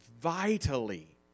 vitally